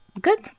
Good